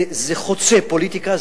זה חוצה פוליטיקה,